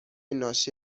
ناشی